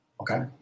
Okay